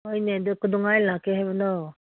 ꯍꯣꯏꯅꯦ ꯑꯗꯨ ꯀꯩꯗꯧꯉꯩ ꯂꯥꯛꯀꯦ ꯍꯥꯏꯕꯅꯣ